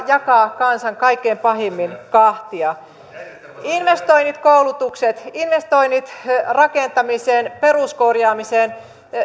jakaa kansan kaikkein pahimmin kahtia investoinnit koulutukset investoinnit rakentamiseen peruskorjaamiseen